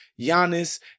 Giannis